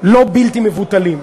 בלתי מבוטלים: